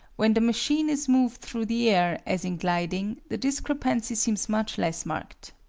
when the machine is moved through the air, as in gliding, the discrepancy seems much less marked.